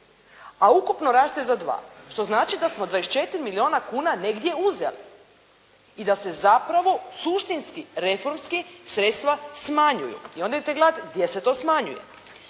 a ukupno raste za 2. što znači da smo 24 milijuna kuna negdje uzeli i da se zapravo suštinski reformski sredstva smanjuju. I onda treba gledati gdje se to smanjuje.